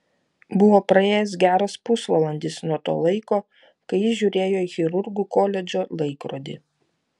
buvo praėjęs geras pusvalandis nuo to laiko kai jis žiūrėjo į chirurgų koledžo laikrodį